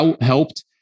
helped